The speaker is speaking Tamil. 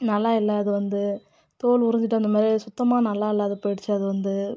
நல்லா இல்லை அது வந்து தோல் உரிஞ்சிட்டு அந்த மாதிரி அது சுத்தமாக நல்லா இல்லாத போயிடுச்சு அது வந்து